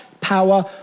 power